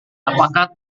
apakah